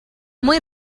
muy